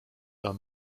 are